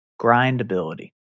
grindability